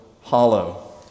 hollow